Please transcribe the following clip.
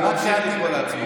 אם הוא ממשיך לקרוא לעצמו.